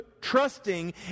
trusting